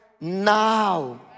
now